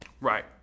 right